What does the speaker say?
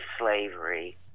slavery